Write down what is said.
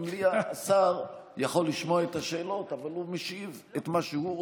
במליאה השר יכול לשמוע את השאלות אבל הוא משיב מה שהוא רוצה,